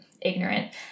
ignorant